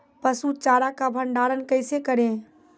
पसु चारा का भंडारण कैसे करें?